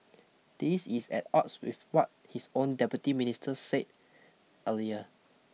this is at odds with what his own Deputy Minister said earlier